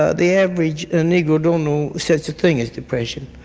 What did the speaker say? ah the average ah negro don't know such a thing as depression,